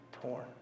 torn